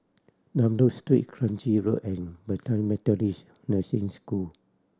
Dunlop Street Kranji Road and Bethany Methodist Nursing School